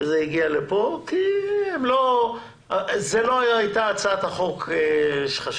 והיא הגיעה לפה, כי זו לא הייתה הצעת החוק שחשבנו.